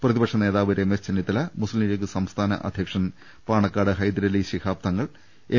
പ്രതിപക്ഷ നേതാവ് രമേശ് ചെന്നിത്തല മുസ്ലിംലീഗ് സംസ്ഥാന അധ്യക്ഷൻ പാണക്കാട് ഹൈദ രലി ശിഹാബ് തങ്ങൾ എം